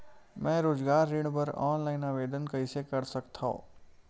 मैं रोजगार ऋण बर ऑनलाइन आवेदन कइसे कर सकथव?